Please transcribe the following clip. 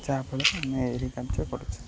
ଯାହାଫଳରେ ମୁଁ